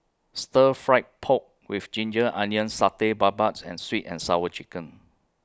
Stir Fry Pork with Ginger Onions Satay Babat and Sweet and Sour Chicken